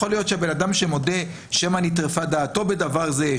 יכול להיות שבן אדם שמודה שמא נטרפה דעתו בדבר זה,